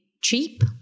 cheap